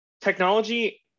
technology